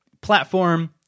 platform